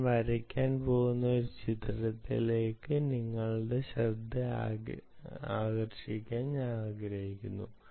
ഞാൻ വരയ്ക്കാൻ പോകുന്ന ഒരു ചിത്രത്തിലേക്ക് നിങ്ങളുടെ ശ്രദ്ധ ആകർഷിക്കാൻ ഞാൻ ആഗ്രഹിക്കുന്നു